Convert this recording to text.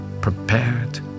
prepared